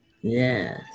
Yes